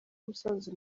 musanze